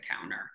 counter